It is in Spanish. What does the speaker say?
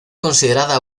considerada